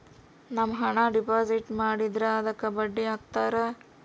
ನಮ್ ಹಣ ಡೆಪಾಸಿಟ್ ಮಾಡಿದ್ರ ಅದುಕ್ಕ ಬಡ್ಡಿ ಹಕ್ತರ